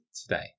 today